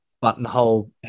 buttonhole